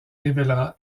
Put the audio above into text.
révèlera